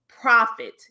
profit